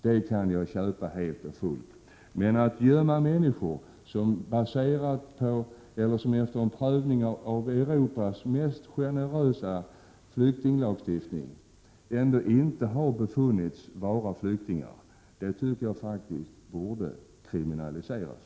Det kan jag helt och fullt acceptera, men att gömma människor som efter en prövning enligt Europas mest generösa flyktinglagstiftning inte har befunnits vara flykting tycker jag faktiskt borde kriminaliseras.